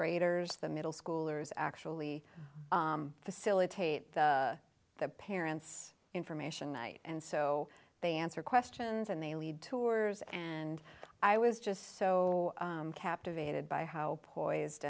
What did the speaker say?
graders the middle schoolers actually facilitate the parents information night and so they answer questions and they lead tours and i was just so captivated by how poised